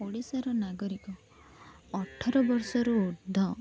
ଓଡ଼ିଶାର ନାଗରିକ ଅଠର ବର୍ଷରୁ ଉର୍ଦ୍ଧ